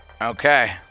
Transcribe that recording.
Okay